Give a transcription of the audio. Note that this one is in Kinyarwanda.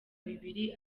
bibiri